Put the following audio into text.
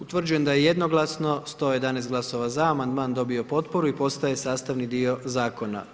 Utvrđujem da je jednoglasno 111 glasova za amandman dobio potporu i postaje sastavni dio zakona.